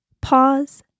Pause